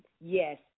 yes